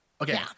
Okay